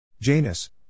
Janus